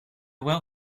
well